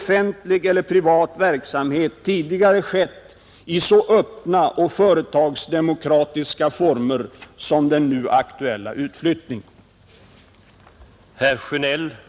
Det rör sig dessutom enligt uppgifter som jag erhållit om två sammanträffanden någon tid innan utredningens betänkande lämnades varvid information gavs om huvudpunkterna i utredningens förslag.